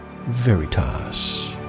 Veritas